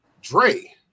Dre